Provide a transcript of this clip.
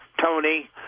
Tony